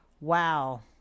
wow